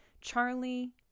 Charlie